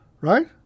right